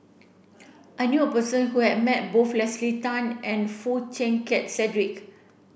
I knew a person who has met both Leslie Tay and Foo Chee Keng Cedric